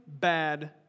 bad